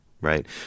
right